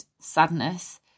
sadness